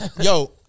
Yo